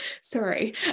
Sorry